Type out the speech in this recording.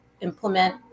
implement